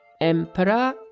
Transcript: Emperor